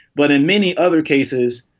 but in many other cases,